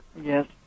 Yes